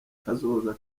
kazoza